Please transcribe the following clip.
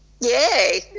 Yay